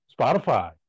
Spotify